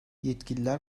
yetkililer